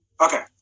Okay